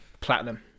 Platinum